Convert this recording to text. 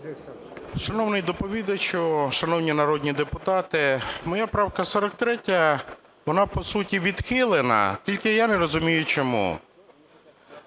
Шановний доповідачу, шановні народні депутати! Моя правка 43, вона по суті відхилена, тільки я не розумію чому.